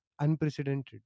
unprecedented